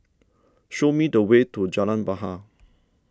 show me the way to Jalan Bahar